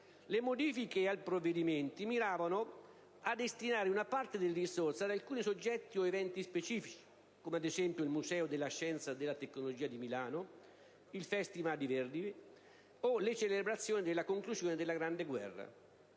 le modifiche al provvedimento miravano a destinare una parte delle risorse ad alcuni soggetti o eventi specifici, come ad esempio il Museo della scienza e della tecnologia di Milano, il Festival di Verdi o le celebrazioni relative alla conclusione della Grande guerra.